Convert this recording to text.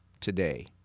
today